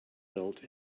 built